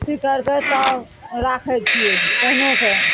अथी करिकऽ तब राखय छियै केहनोके